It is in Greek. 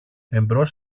εμπρός